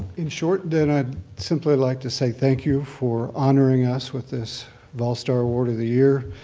in short, then i'd simply like to say thank you for honoring us with this vol star award of the year.